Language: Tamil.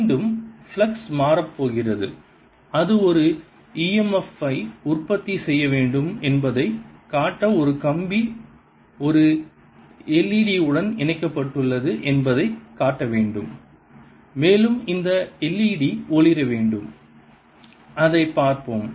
மீண்டும் ஃப்ளக்ஸ் மாறப்போகிறது அது ஒரு e m f ஐ உற்பத்தி செய்ய வேண்டும் என்பதைக் காட்ட ஒரு கம்பி ஒரு l e d உடன் இணைக்கப்பட்டுள்ளது என்பதைக் காட்ட வேண்டும் மேலும் இந்த l e d ஒளிர வேண்டும் அதைப் பார்ப்போம்